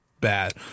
bad